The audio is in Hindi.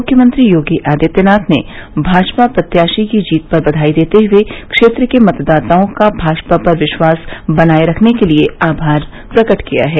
मुख्यमंत्री योगी आदित्यनाथ ने भाजपा प्रत्याशी की जीत पर बधाई देते हुए क्षेत्र के मतदाताओं का भाजपा पर विश्वास बनाये रखने के लिये आभार प्रकट किया है